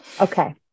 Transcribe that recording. Okay